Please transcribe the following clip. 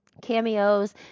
cameos